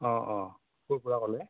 অঁ অঁ ক'ৰ পৰা ক'লে